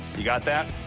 you got that?